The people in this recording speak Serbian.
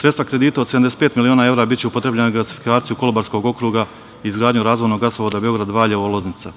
Sredstva kredita od 75 miliona evra biće upotrebljena za gasifikaciju Kolubarskog okruga, izgradnju razvojnog gasovoda Beograd – Valjevo – Loznica.